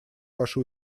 ваши